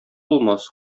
булмас